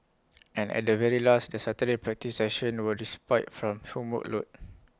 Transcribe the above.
and at the very least the Saturday practice sessions were just spite from homework load